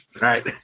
right